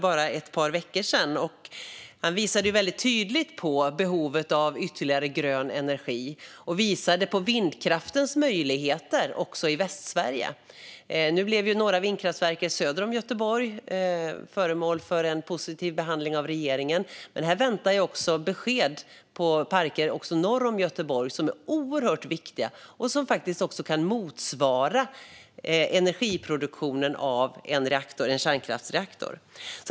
Han visade tydligt på behovet av ytterligare grön energi och på vindkraftens möjligheter i Västsverige. Nu blev några vindkraftverk söder om Göteborg föremål för en positiv behandling av regeringen. Men vi väntar på besked om parker även norr om Göteborg. De är oerhört viktiga. De kan faktiskt motsvara energiproduktionen från en kärnkraftsreaktor.